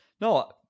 No